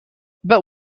but